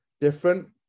different